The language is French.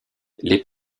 les